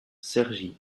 cergy